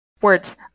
Words